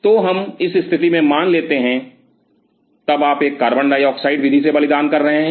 तो हम इस स्थिति में मान लेते हैं तब आप एक कार्बन डाइऑक्साइड विधि से बलिदान कर रहे हैं